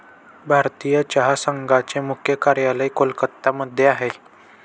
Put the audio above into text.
भारतीय चहा संघाचे मुख्य कार्यालय कोलकत्ता मध्ये आहे